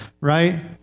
right